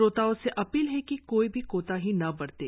श्रोताओं से अपील है कि कोई भी कोताही न बरतें